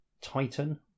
Titan